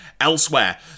Elsewhere